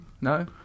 No